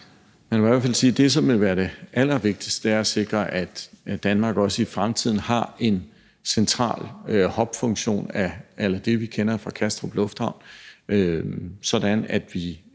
Man kan i hvert fald sige, at det, som vil være det allervigtigste, er at sikre, at Danmark også i fremtiden har en central hubfunktion a la det, vi kender fra Kastrup Lufthavn, sådan at vi